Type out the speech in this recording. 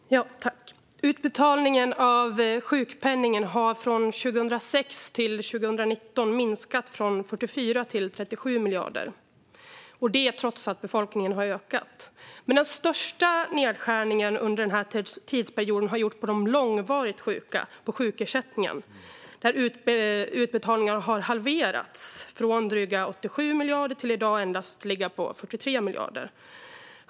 Fru talman! Utbetalningen av sjukpenningen har från 2006 till 2019 minskat från 44 miljarder till 37 miljarder, trots att befolkningen har ökat. Men den största nedskärningen under denna tidsperiod har gjorts på sjukersättningen för de långvarigt sjuka. Utbetalningarna har där halverats från drygt 87 miljarder till att i dag ligga på endast 43 miljarder.